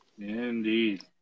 Indeed